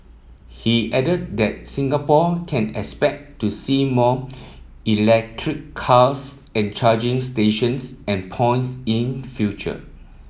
he added that Singapore can expect to see more electric cars and charging stations and points in future